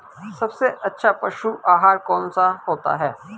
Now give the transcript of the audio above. सबसे अच्छा पशु आहार कौन सा होता है?